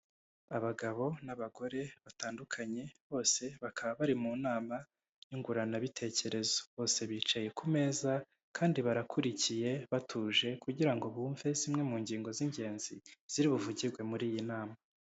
Abagabo n'abagore batandukanye bose bakaba bari mu nama nyunguranabitekerezo, bose bicaye ku meza kandi barakurikiye batuje kugira ngo bumve zimwe mu ngingo z'ingenzi ziri buvugirwe muri iyi nama.